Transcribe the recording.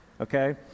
okay